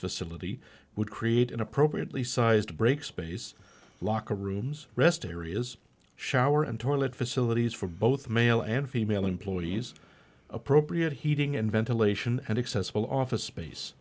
facility would create an appropriately sized break space locker rooms rest areas shower and toilet facilities for both male and female employees appropriate heating and ventilation and accessible office space